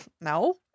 No